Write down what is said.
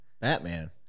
Batman